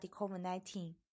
COVID-19